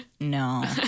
no